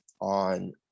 on